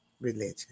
religion